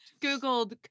Googled